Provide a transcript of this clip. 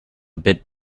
bit